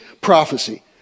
prophecy